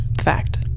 fact